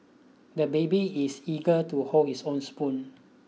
the baby is eager to hold his own spoon